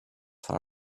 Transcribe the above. far